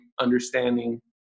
understanding